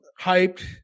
hyped